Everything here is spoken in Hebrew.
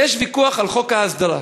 יש ויכוח על חוק ההסדרה.